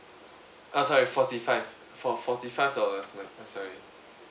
ah sorry forty five four forty five dollars that's right I'm sorry